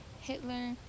Hitler